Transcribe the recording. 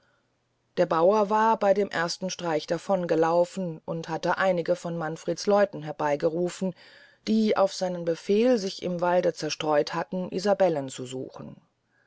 der bauer war bey dem ersten streich davon gelaufen und hatte einige von manfreds leuten herbeygerufen die auf seinen befehl sich im walde zerstreut hatten isabellen zu suchen